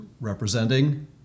representing